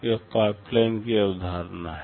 यह पाइपलाइन की अवधारणा है